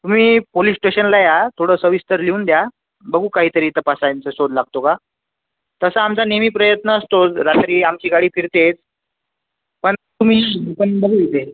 तुम्ही पोलीस स्टेशनला या थोडं सविस्तर लिहून द्या बघू काहीतरी तपासायचा शोध लागतो का तसा आमचा नेहमी प्रयत्न असतोच रात्री आमची गाडी फिरते पण तुम्ही